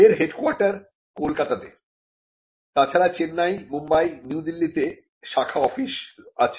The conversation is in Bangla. এর হেডকোয়ার্টার কলকাতাতে তাছাড়া চেন্নাই মুম্বাই নিউ দিল্লিতে শাখা অফিস আছে